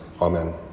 amen